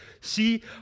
see